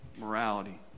morality